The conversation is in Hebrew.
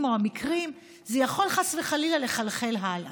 או המקרים יכולים חס וחלילה לחלחל הלאה.